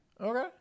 Okay